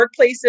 workplaces